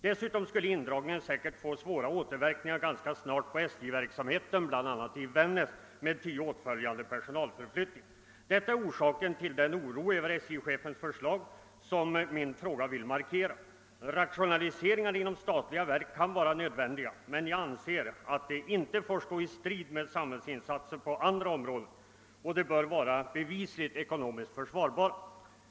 Dessutom skulle indragningen säkert ganska snart få svåra återverkningar på SJ-verksamheten, bl.a. i Vännäs, med ty åtföljande personalförflyttningar. Detta är orsaken till den oro över SJ chefens förslag som jag velat markera med min fråga. Rationaliseringar inom statliga verk kan vara nödvändiga, men jag anser att de inte får stå i strid mot samhällssatsningar på andra områden, och de bör vara bevisligt ekonomiskt försvarbara.